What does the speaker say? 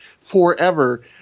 forever